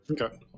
Okay